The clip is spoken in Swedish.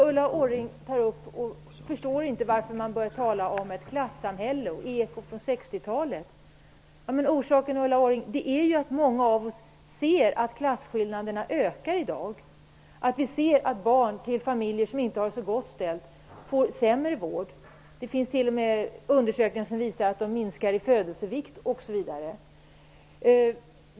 Ulla Orring säger att hon inte förstår talet om klassamhälle och ekot från 60-talet. Orsaken, Ulla Orring, är att många av oss ser att klasskillnaderna ökar i dag. Vi ser att barn till familjer som inte har så gott ställt får sämre vård. Det finns t.o.m. undersökningar som visar att de minskar i födelsevikt.